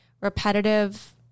repetitive